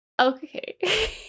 okay